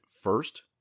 first